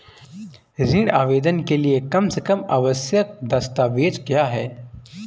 ऋण आवेदन के लिए कम से कम आवश्यक दस्तावेज़ क्या हैं?